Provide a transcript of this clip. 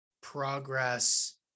progress